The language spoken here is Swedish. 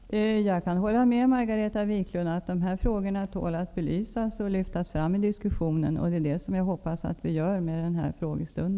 Fru talman! Jag kan hålla med Margareta Viklund om att de här frågorna tål att belysas och lyftas fram i diskussionen. Jag hoppas att vi gör det i och med dagens frågestund.